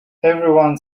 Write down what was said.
everyone